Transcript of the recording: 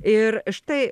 ir štai